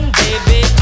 baby